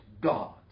God